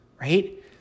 Right